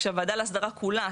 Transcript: כשהוועדה לאסדרה כולה,